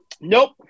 Nope